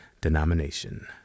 denomination